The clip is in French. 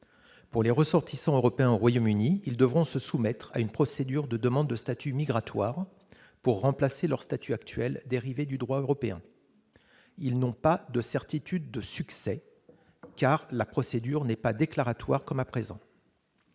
pour les ressortissants européens au Royaume-Uni, ils devront se soumettre à une procédure de demande de statut migratoire pour remplacer leur statut actuel dérivée du droit européen, ils n'ont pas de certitude de succès car la procédure n'est pas déclaratoire comme à présent.